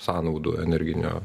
sąnaudų energinio